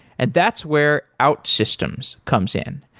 and that's where outsystems comes in.